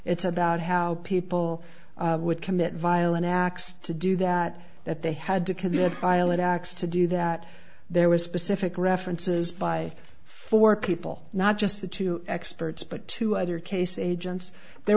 it's about how people would commit violent acts to do that that they had to commit violent acts to do that there was specific references by four people not just the two experts but two other case agents there